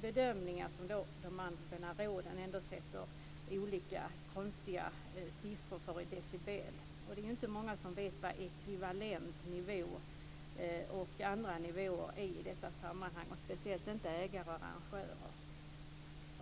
det bedömningar som de allmänna råden sätter olika siffror på i decibel. Det är inte många som vet vad ekvivalent nivå och andra nivåer är i detta sammanhang - speciellt inte ägare och arrangörer.